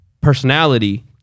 personality